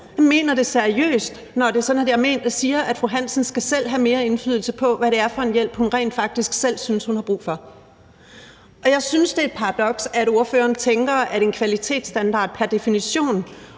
Jeg mener det seriøst, når det er sådan, at jeg siger, at fru Andersen selv skal have mere indflydelse på, hvad det er for en hjælp, hun rent faktisk selv synes hun har brug for. Jeg synes, det er et paradoks, at ordføreren tænker, at en kvalitetsstandard pr. definition